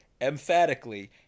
emphatically